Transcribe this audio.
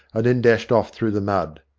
and then dashed off through the mud.